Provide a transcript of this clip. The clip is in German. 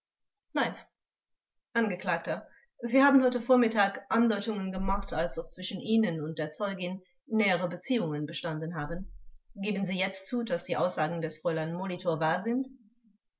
nein vors angeklagter sie haben heute vormittag andeutungen gemacht als ob zwischen ihnen und der zeugin nähere beziehungen bestanden haben geben sie jetzt zu daß die aussagen des frl molitor wahr sind